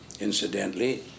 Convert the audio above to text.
Incidentally